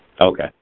Okay